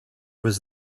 was